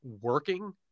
working